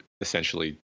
essentially